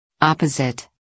Opposite